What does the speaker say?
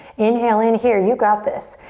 inhale in here, you've got this.